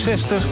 60